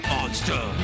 Monster